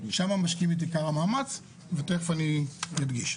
שם משקיעים את עיקר המאמץ ותיכף אני אדגיש.